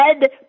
dead